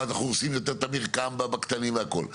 או אנחנו הורסים יותר את המרקם בקטנים והכל?